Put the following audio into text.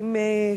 האם